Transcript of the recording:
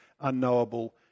unknowable